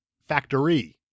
Factory